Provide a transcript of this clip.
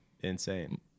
insane